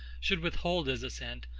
should withhold his assent,